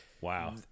Wow